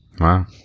Wow